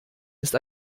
ist